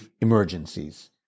emergencies